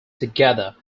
together